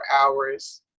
hours